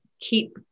keep